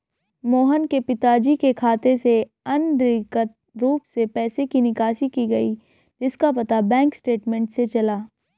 मोहन के पिताजी के खाते से अनधिकृत रूप से पैसे की निकासी की गई जिसका पता बैंक स्टेटमेंट्स से चला